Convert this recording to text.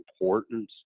importance